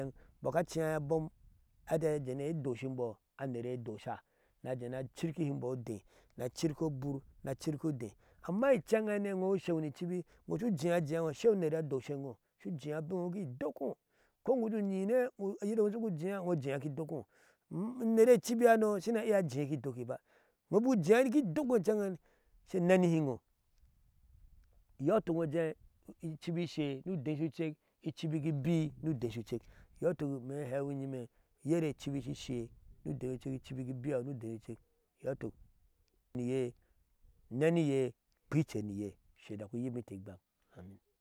bɔka cie abom ata jene doshinbɔ anere dosha na jera kirkinbɔ udeh na kirki bur na kiiku deh, ama cen hane wo shewoni cibi wosu jea jeawo shei no nera doshewo sujea ubinewo ki dkkinwo ko wuju yi ne yirowo sugo jea wo jea kidokkiwo unere cibi hano shina iya jea kidokkiba, ubo jea ki dokki can han she neniyiwo yotuk wojee kibishe nodeh sucek icibi gibi nodeh sudek yotuk me hewi hyime yere shishe modeh sucek kibi gi biyo nodeh sucek kibi gi biyo pwicer niye she daku yikinte igbam amin.